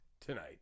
tonight